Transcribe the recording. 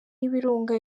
y’ibirunga